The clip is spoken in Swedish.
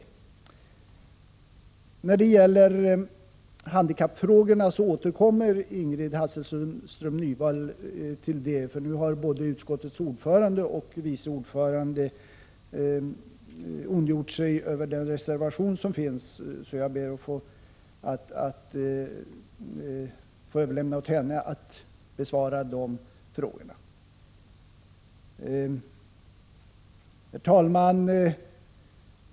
Ingrid Hasselström Nyvall återkommer när det gäller handikappfrågorna, eftersom både utskottets ordförande och utskottets vice ordförande har ondgjort sig över reservationen. Jag överlåter alltså på henne att handla dessa frågor. Herr talman!